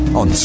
on